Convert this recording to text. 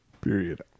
Period